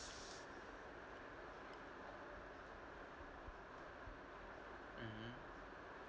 mmhmm